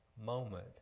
moment